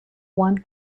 one